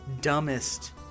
dumbest